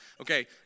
Okay